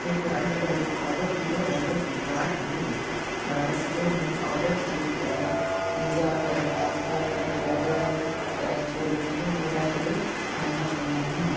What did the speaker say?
छो त अॼुकल्ह जो खाधो पीतो ॾाढो बेकार आहे ॿार सॼो ॾींहुं ऑडर करे कॾहिं पिज़्ज़ा कॾहिं पास्ता कॾहिं बर्गर कॾहिं कोल्ड्रिंकूं घुराए करे खाईंदा पीअंदा आहिनि